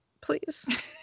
please